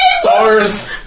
Stars